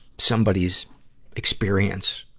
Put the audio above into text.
somebody's experience,